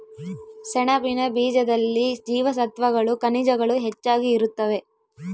ಸೆಣಬಿನ ಬೀಜದಲ್ಲಿ ಜೀವಸತ್ವಗಳು ಖನಿಜಗಳು ಹೆಚ್ಚಾಗಿ ಇರುತ್ತವೆ